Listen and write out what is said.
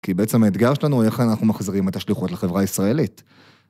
כי בעצם האתגר שלנו הוא איך אנחנו מחזירים את השליחות לחברה הישראלית.